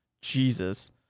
Jesus